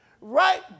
right